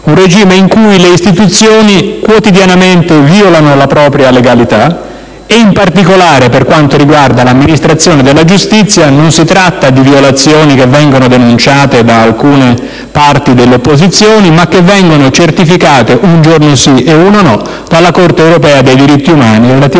un regime in cui le istituzioni quotidianamente violano la propria legalità e in particolare, per quanto riguarda l'amministrazione della giustizia, non si tratta di violazioni che vengono denunciate da alcune parti dell'opposizione, bensì che vengono certificate un giorno sì e uno no della Corte europea dei diritti umani, relativamente